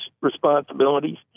responsibilities